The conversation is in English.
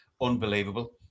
unbelievable